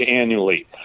annually